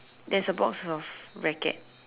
there's a box of racket